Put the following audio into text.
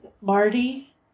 Marty